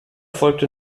folgte